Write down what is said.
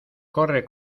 corre